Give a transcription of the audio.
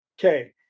Okay